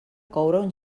coure